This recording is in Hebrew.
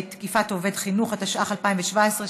תקיפת עובד חינוך) התשע"ח 2017,